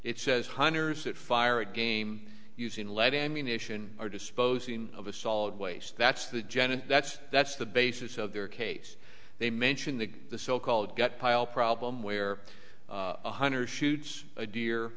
it says hunters that fire a game using lead ammunition or disposing of a solid waste that's the jennet that's that's the basis of their case they mention the the so called got pile problem where one hundred shoots a deer